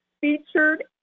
Featured